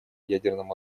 ядерном